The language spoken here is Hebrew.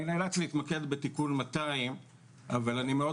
אני נאלץ להתמקד בתיקון 200 אבל אני מאוד